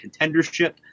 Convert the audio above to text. contendership